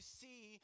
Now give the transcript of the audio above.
see